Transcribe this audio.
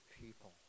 people